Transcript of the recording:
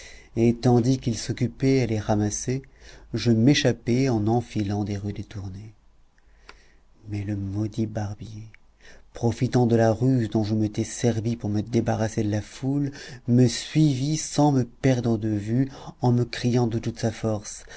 et tandis qu'il s'occupait à les ramasser je m'échappai en enfilant des rues détournées mais le maudit barbier profitant de la ruse dont je m'étais servi pour me débarrasser de la foule me suivit sans me perdre de vue en me criant de toute sa force